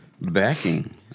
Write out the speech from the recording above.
backing